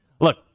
Look